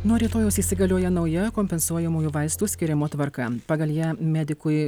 nuo rytojaus įsigalioja nauja kompensuojamųjų vaistų skiriamų tvarka pagal ją medikui